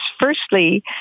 firstly